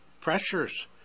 pressures